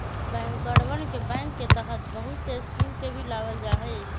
बैंकरवन बैंक के तहत बहुत से स्कीम के भी लावल जाहई